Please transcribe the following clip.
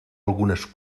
algunes